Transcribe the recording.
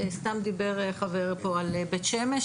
דיבר חבר פה על בית שמש,